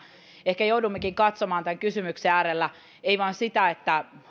ehkä joudummekin katsomaan tämän kysymyksen äärellä ei vain sitä